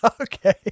Okay